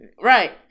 Right